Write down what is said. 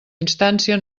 instància